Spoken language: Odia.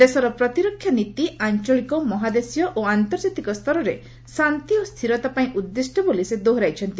ଦେଶର ପ୍ରତିରକ୍ଷା ନୀତି ଆଞ୍ଚଳିକ ମହାଦେଶୀୟ ଓ ଆନ୍ତର୍ଜାତିକ ସ୍ତରରେ ଶାନ୍ତି ଓ ସ୍ଥିରତା ପାଇଁ ଉଦ୍ଦିଷ୍ଟ ବୋଲି ସେ ଦୋହରାଇଛନ୍ତି